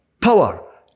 power